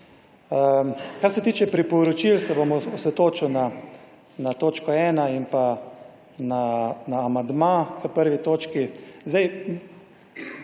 Kar se tiče priporočil, se bom osredotočil na točko 1 in pa na amandma k 1. točki.